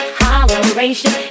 holleration